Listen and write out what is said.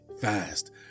fast